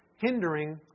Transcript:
hindering